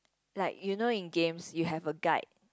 like you know in games you have a guide